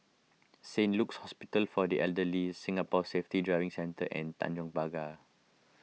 Saint Luke's Hospital for the Elderly Singapore Safety Driving Centre and Tanjong Pagar